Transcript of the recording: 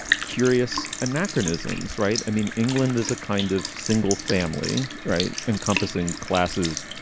curious anachronisms, right? i mean, england is a kind of single family, right? encompassing classes,